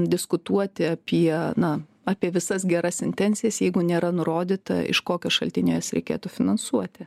diskutuoti apie na apie visas geras intencijas jeigu nėra nurodyta iš kokio šaltinio jas reikėtų finansuoti